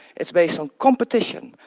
it's based on competition,